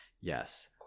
Yes